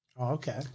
Okay